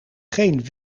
geen